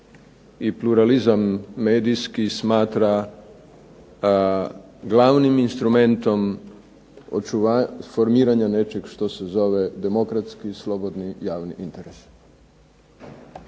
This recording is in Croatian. pluralizam medijski smatra glavnim instrumentom formiranja nečeg što se zove demokratski, slobodni, javni interes.